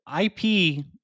IP